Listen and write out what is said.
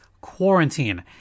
quarantine